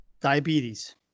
diabetes